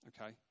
Okay